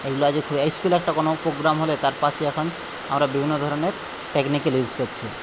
এই স্কুলে একটা কোনো প্রোগ্রাম হলে তার পাশে এখন আমরা বিভিন্ন ধরনের টেকনিক্যাল ইউজ করছি